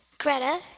Greta